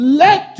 led